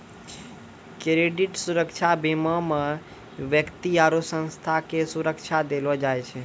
credit सुरक्षा बीमा मे व्यक्ति आरु संस्था के सुरक्षा देलो जाय छै